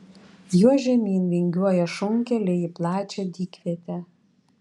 juo žemyn vingiuoja šunkeliai į plačią dykvietę